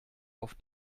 auf